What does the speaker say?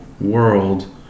world